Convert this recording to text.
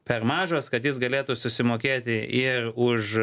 per mažos kad jis galėtų susimokėti ir už